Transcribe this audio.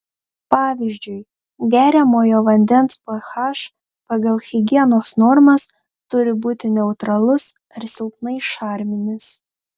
pavyzdžiui geriamojo vandens ph pagal higienos normas turi būti neutralus ar silpnai šarminis